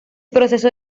proceso